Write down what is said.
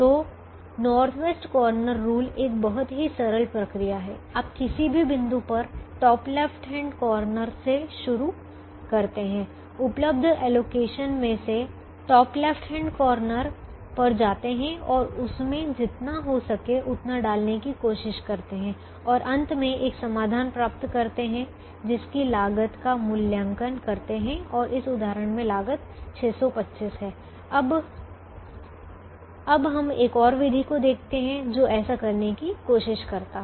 तो north west corner rule एक बहुत ही सरल प्रक्रिया है आप किसी भी बिंदु पर टॉप लेफ्ट हैंड कॉर्नर से शुरू करते हैं उपलब्ध एलोकेशन में से टॉप लेफ्ट हैंड कॉर्नर पर जाते हैं और उसमें जितना हो सके उतना डालने की कोशिश करते हैं और अंत में एक समाधान प्राप्त करते है और इसकी लागत का मूल्यांकन करते है और इस उदाहरण में लागत 625 है अब हम एक और विधि को देखते हैं जो ऐसा करने की कोशिश करता है